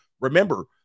Remember